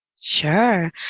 Sure